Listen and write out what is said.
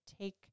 take